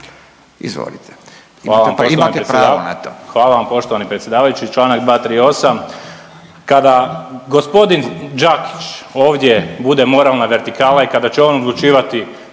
(Hrvatski suverenisti)** Hvala vam poštovani predsjedavajući. Članak 238., kada gospodin Đakić ovdje bude moralna vertikala i kada će on odlučivati